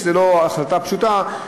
כי זו לא החלטה פשוטה,